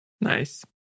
Nice